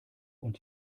und